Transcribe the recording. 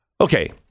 Okay